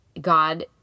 God